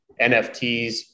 nfts